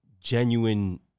genuine